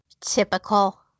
Typical